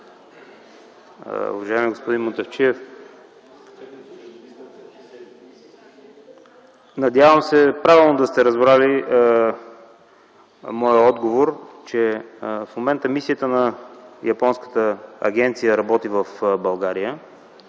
Уважаеми господин Мутафчиев, надявам се правилно да сте разбрали моя отговор, че в момента мисията на японската агенция работи в България